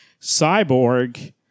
Cyborg